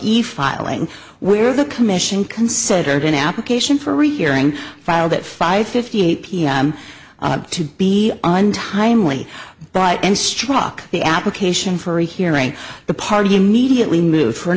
e file and where the commission considered an application for rehearing filed at five fifty eight pm to be untimely but in struck the application for a hearing the party immediately moved for an